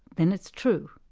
then it's true.